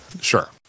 Sure